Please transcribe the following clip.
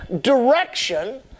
direction